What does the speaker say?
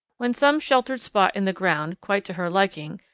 when some sheltered spot in the ground, quite to her liking,